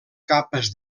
capes